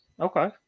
Okay